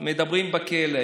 מדברים בכלא.